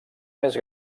més